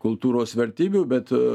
kultūros vertybių bet